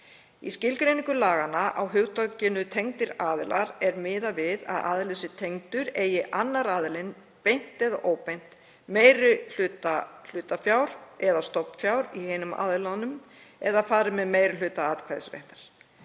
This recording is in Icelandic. Í skilgreiningu laganna á hugtakinu „tengdir aðilar“ er miðað við að aðilar séu tengdir eigi annar aðilinn beint eða óbeint meiri hluta hlutafjár eða stofnfjár í hinum aðilanum eða fari með meiri hluta atkvæðisréttar.